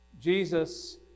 Jesus